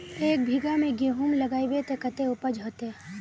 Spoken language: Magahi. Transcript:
एक बिगहा में गेहूम लगाइबे ते कते उपज होते?